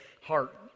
heart